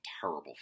terrible